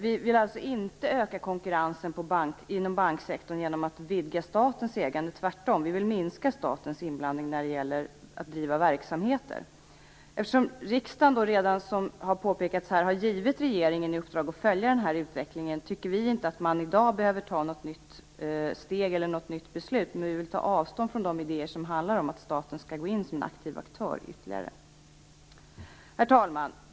Vi vill alltså inte öka konkurrensen inom banksektorn genom att vidga statens ägande. Tvärtom, vi vill minska statens inblandning när det gäller att driva verksamhet. Eftersom riksdagen, som har påpekats här, redan har givit regeringen i uppdrag att följa utvecklingen, tycker vi inte att man i dag behöver ta något nytt steg eller fatta något nytt beslut. Men vi vill ta avstånd från de idéer som handlar om att staten ytterligare skall gå in som en aktiv aktör. Herr talman!